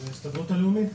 אני מההסתדרות הלאומית.